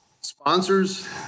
sponsors